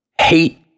hate